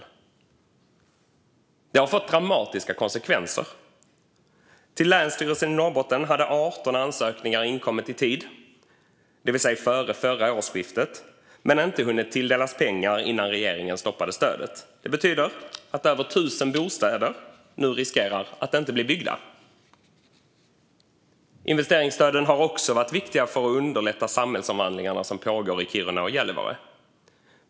Detta har fått dramatiska konsekvenser. Till Länsstyrelsen i Norrbottens län hade 18 ansökningar inkommit i tid, det vill säga före förra årsskiftet, men inte hunnit tilldelas pengar innan regeringen stoppade stödet. Det betyder att över 1 000 bostäder nu riskerar att inte bli byggda. Investeringsstöden har också varit viktiga för att underlätta de samhällsomvandlingar som pågår i Kiruna och Gällivare.